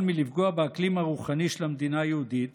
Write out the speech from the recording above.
מלפגוע באקלים הרוחני של המדינה היהודית